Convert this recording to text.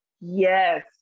Yes